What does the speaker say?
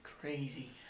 crazy